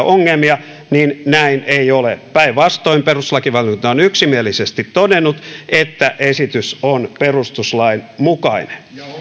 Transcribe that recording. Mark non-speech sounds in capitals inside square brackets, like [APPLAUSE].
[UNINTELLIGIBLE] ongelmia näin ei ole päinvastoin perustuslakivaliokunta on yksimielisesti todennut että esitys on perustuslain mukainen